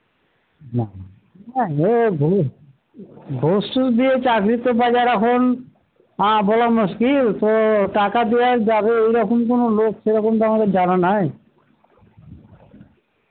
হ্যাঁ এ ঘু ঘুষ টুষ দিয়ে চাকরির তো বাজার এখন বলা মুশকিল তো টাকা দেওয়া যাবে এই রকম কোনো লোক সেরকম তো আমাদের জানা নাই